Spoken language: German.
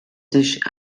sich